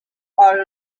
are